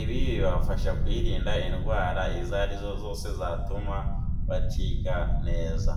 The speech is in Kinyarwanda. Ibi bibafasha kwirinda indwara izarizo zose zatuma batiga neza.